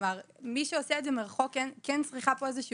למי שעושה את זה מרחוק כן צריכה להיות איזושהי